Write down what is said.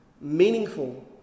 meaningful